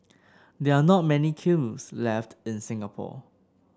there are not many kilns left in Singapore